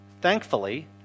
thankfully